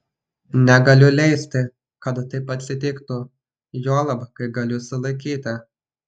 negaliu leisti kad taip atsitiktų juolab kai galiu sulaikyti